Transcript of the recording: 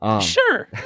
Sure